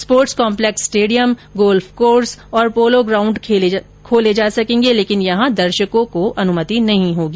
sports complex stadium golf course और polo ground खोले जा सकेंगे लेकिन यहां दर्शकों को अनुमति नहीं होगी